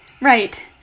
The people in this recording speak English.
Right